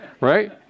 Right